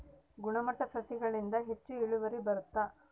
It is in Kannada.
ಗುಣಮಟ್ಟ ಸಸಿಗಳಿಂದ ಹೆಚ್ಚು ಇಳುವರಿ ಬರುತ್ತಾ?